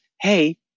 hey